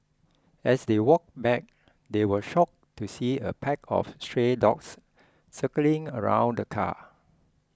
as they walked back they were shock to see a pack of stray dogs circling around the car